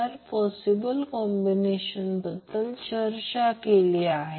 आणि तो अँगल 0° आहे हा Van आहे